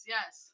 Yes